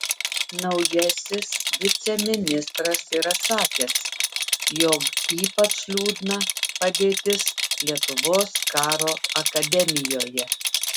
naujasis viceministras yra sakęs jog ypač liūdna padėtis lietuvos karo akademijoje